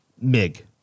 MIG